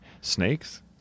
snakes